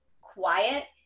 Quiet